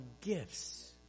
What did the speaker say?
gifts